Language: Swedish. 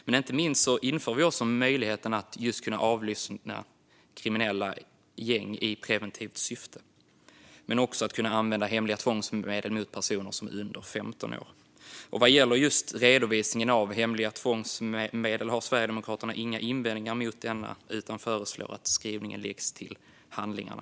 Men inte minst inför vi möjligheter att avlyssna kriminella gäng i preventivt syfte och använda hemliga tvångsmedel mot personer under 15 år. Sverigedemokraterna har inga invändningar mot redovisningen av hemliga tvångsmedel utan föreslår att skrivelsen läggs till handlingarna.